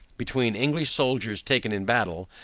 between, english soldiers taken in battle,